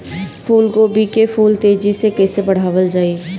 फूल गोभी के फूल तेजी से कइसे बढ़ावल जाई?